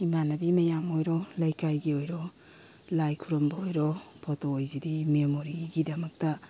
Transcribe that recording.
ꯏꯃꯥꯟꯅꯕꯤ ꯃꯌꯥꯝ ꯑꯣꯏꯔꯣ ꯂꯩꯀꯥꯏꯒꯤ ꯑꯣꯏꯔꯣ ꯂꯥꯏ ꯈꯨꯔꯨꯝꯕ ꯑꯣꯏꯔꯣ ꯐꯣꯇꯣ ꯍꯥꯏꯁꯤꯗꯤ ꯃꯦꯃꯣꯔꯤꯒꯤꯗꯃꯛꯇ